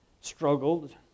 struggled